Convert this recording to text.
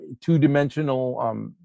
two-dimensional